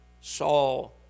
Saul